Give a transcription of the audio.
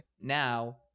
now